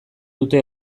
dute